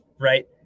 right